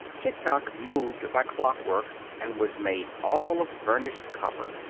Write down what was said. tik-tok moved by clockwork, and was made all of burnished copper.